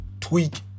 tweak